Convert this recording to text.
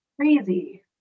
crazy